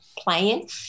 playing